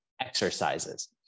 exercises